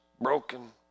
broken